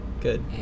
Good